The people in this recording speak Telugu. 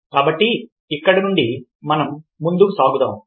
కాబట్టి ఇక్కడ నుండి మనం ముందుకు సాగుదాము